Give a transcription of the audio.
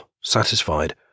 satisfied